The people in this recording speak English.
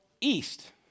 east